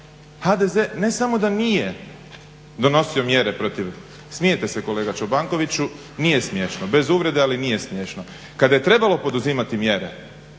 HDZ ne samo da nije donosio mjere protiv, smijete se kolega Čobankoviću, nije smiješno, bez uvrede ali nije smiješno. Kada je trebalo poduzimati mjere,